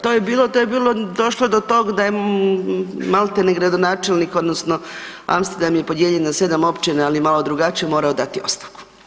To je bilo, to je bilo došlo do tog da je malte ne gradonačelnik odnosno Amsterdam je podijeljen na 7 općina, ali je malo drugačije morao dati ostavku.